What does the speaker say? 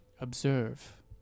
Observe